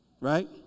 Right